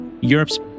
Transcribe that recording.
Europe's